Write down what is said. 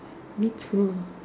me too